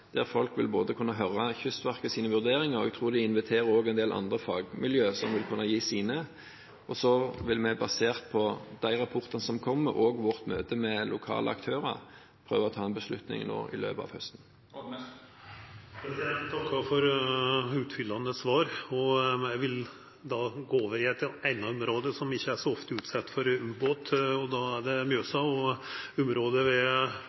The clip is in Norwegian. der folk kan få høre Kystverkets vurderinger, og jeg tror de også inviterer andre fagmiljøer som vil kunne gi sine vurderinger. Så vil vi, basert på de rapportene som kommer og vårt møte med lokale aktører, prøve å ta en beslutning i løpet av høsten. Eg takkar for utfyllande svar. Eg vil då gå over i eit anna område, som ikkje er så ofte utsett for u-båt. Det gjeld Mjøsområdet ved